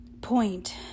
point